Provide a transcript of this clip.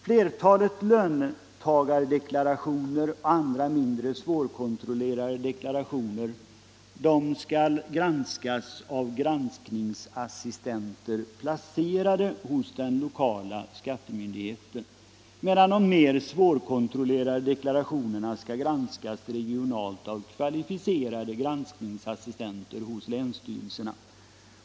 Flertalet löntagardeklarationer och andra mindre svårkontrollerade deklarationer skall granskas av granskningsassistenter placerade hos den lokala skattemyndigheten, medan de mer svårkontrollerade deklarationerna skall granskas regionalt av kvalificerade granskningsassistenter hos länsstyrelserna.